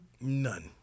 None